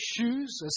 shoes